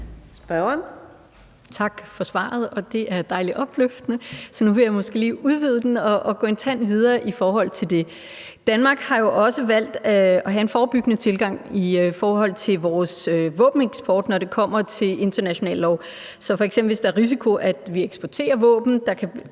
(ALT): Tak for svaret. Det er dejligt opløftende, så nu vil jeg måske lige udvide det og gå en tand videre i forhold til det. Danmark har jo også valgt at have en forebyggende tilgang i forhold til vores våbeneksport, når det kommer til international lov, så vi, hvis der f.eks. er risiko for, at vi eksporterer våben, der kan